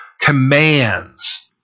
commands